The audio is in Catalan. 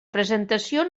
presentació